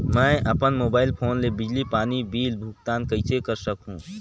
मैं अपन mobile phone ले बिजली पानी बिल भुगतान कइसे कर सकहुं?